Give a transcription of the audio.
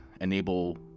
enable